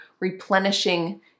replenishing